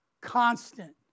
Constant